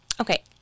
Okay